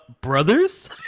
Brothers